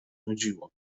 nudziło